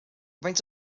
faint